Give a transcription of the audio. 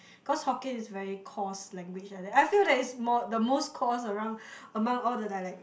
cause Hokkien is very coarse language like that I feel that it's more the most coarse around among all the dialects